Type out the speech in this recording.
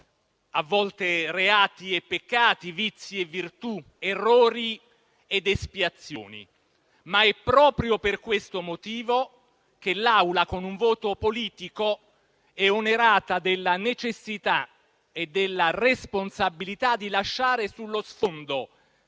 a volte reati e peccati, vizi e virtù, errori ed espiazioni. È proprio per questo motivo però che l'Assemblea, con un voto politico, è onerata della necessità e della responsabilità di lasciare sullo sfondo